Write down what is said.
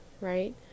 right